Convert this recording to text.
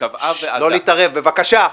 שקבעה ועדה -- לא להתערב, בבקשה.